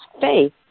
faith